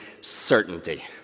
certainty